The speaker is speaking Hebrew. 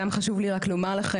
גם חשוב לי רק לומר לכם,